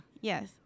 yes